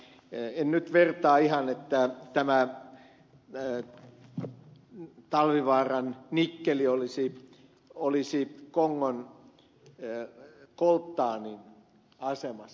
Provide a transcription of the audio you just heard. en nyt vertaa ihan että tämä talvivaaran nikkeli olisi kongon koltaanin asemassa